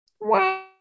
Wow